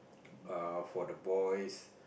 err for the boys